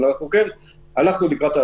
אבל אנחנו כן הלכנו לקראת,